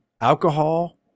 alcohol